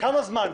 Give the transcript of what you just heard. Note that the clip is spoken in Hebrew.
כמה זמן?